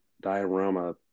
diorama